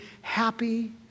happy